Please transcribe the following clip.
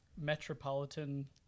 metropolitan